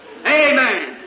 Amen